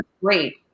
great